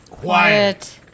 Quiet